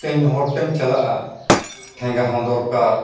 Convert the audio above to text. ᱛᱮᱦᱮᱧ ᱦᱚᱨᱛᱮᱢ ᱪᱟᱞᱟᱜᱼᱟ ᱴᱷᱮᱸᱜᱟ ᱦᱚᱸ ᱫᱚᱨᱠᱟᱨ